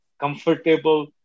comfortable